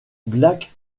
black